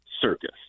circus